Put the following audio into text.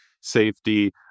safety